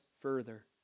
further